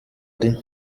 ari